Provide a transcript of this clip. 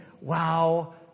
wow